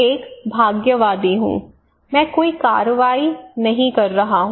एक भाग्यवादी हूं मैं कोई कार्रवाई नहीं कर रहा हूं